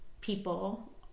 people